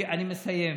אני מסיים.